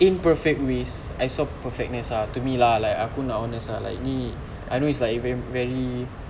imperfect ways I saw perfectness ah to me lah I aku nak honest ah like ni I know it's like very